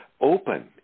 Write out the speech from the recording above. open